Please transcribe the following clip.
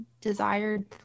desired